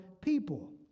people